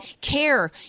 Care